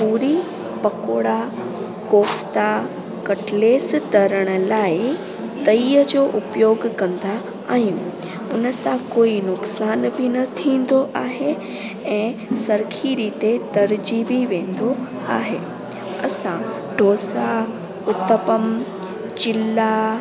पूरी पकौड़ा कोफता कटलेस तरण लाइ तईअ जो उपयोगु कंदा आहियूं उन सां कोई नुक़सान बि न थींदो आहे ऐं सरखिरी ते तरिजी बि वेंदो आहे असां डोसा उतपम चिला